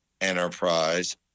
enterprise